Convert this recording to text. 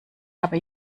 habe